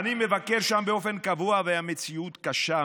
אני מבקר שם באופן קבוע, והמציאות קשה.